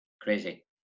Crazy